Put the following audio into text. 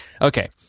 okay